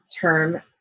term